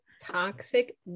toxic